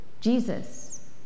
Jesus